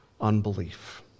unbelief